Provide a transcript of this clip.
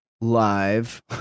live